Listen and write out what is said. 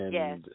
yes